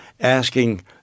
asking